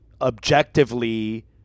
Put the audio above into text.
objectively